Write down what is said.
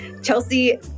Chelsea